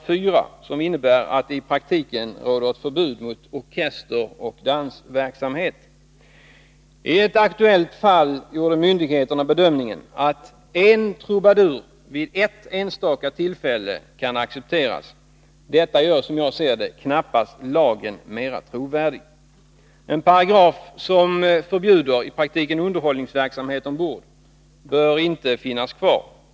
4§ innebär i praktiken ett förbud mot orkesteroch dansverksamhet. I ett aktuellt fall gjorde myndigheterna bedömningen att en trubadur vid ett enstaka tillfälle kan accepteras. Detta gör, som jag ser det, knappast lagen mera trovärdig. En paragraf som i praktiken förbjuder underhållningsverksamhet ombord bör inte finnas kvar.